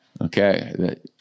Okay